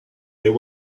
there